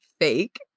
fake